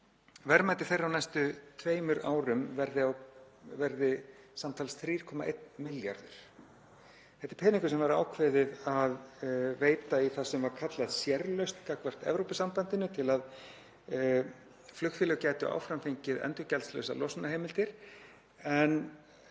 verði á næstu tveimur árum samtals 3,1 milljarður. Þetta er peningur sem var ákveðið að veita í það sem var kallað sérlausn gagnvart Evrópusambandinu til að flugfélög gætu áfram fengið endurgjaldslausar losunarheimildir, en